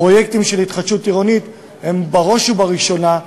הפרויקטים של התחדשות עירונית הם בראש ובראשונה,